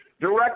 direct